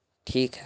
ٹھیک ہے